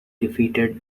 defeated